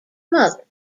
mother